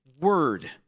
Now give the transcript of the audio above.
word